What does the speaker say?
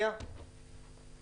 רשות הטבע והגנים.